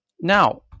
now